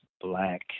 black